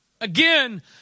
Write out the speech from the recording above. Again